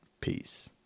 peace